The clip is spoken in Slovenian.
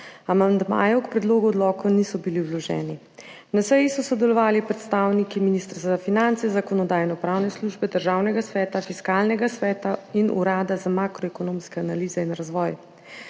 Amandmaji k predlogu odloka niso bili vloženi. Na seji so sodelovali predstavniki Ministrstva za finance, Zakonodajno-pravne službe, Državnega sveta, Fiskalnega sveta in Urada za makroekonomske analize in razvoj.